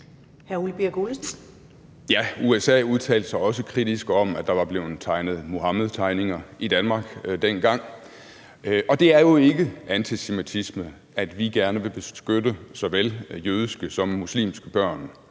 USA har udtalte sig også kritisk om, at der var blevet tegnet Muhammedtegninger i Danmark, dengang, og det er jo ikke antisemitisme, at vi gerne vil beskytte såvel jødiske som muslimske børn,